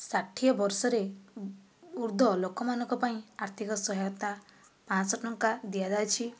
ଷାଠିଏ ବର୍ଷରେ ଉର୍ଦ୍ଧ୍ୱ ଲୋକମାନଙ୍କ ପାଇଁ ଆର୍ଥିକ ସହାୟତା ପାଞ୍ଚଶହ ଟଙ୍କା ଦିଆଯାଇଛି